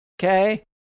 okay